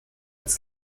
als